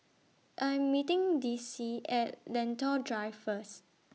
I Am meeting Dicie At Lentor Drive First